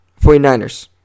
49ers